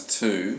two